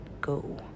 go